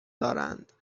دارند